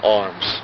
arms